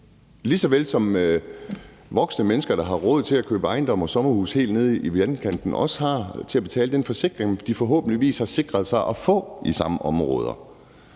lige så vel som voksne mennesker, der har råd til at købe ejendom og sommerhus helt nede i vandkanten, også har pligt til at betale for den forsikring, de forhåbentligvis har sikret sig at få i samme område.